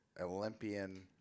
Olympian